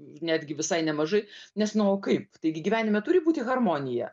netgi visai nemažai nes nu o kaip taigi gyvenime turi būti harmonija